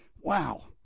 Wow